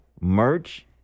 Merch